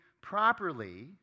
properly